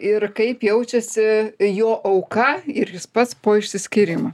ir kaip jaučiasi jo auka ir jis pats po išsiskyrimo